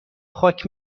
خاک